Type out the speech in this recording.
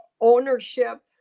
ownership